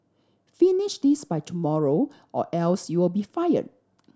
finish this by tomorrow or else you'll be fire